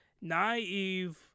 naive